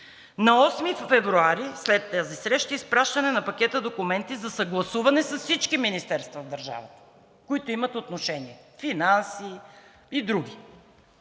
На 8 февруари след тази среща изпращане на пакета документи за съгласуване с всички министерства в държавата, които имат отношение – Финанси и други.